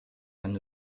hanno